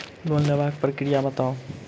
Loan लेबाक प्रक्रिया बताऊ?